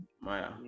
Maya